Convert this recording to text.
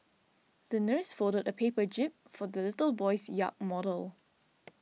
the nurse folded a paper jib for the little boy's yacht model